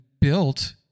built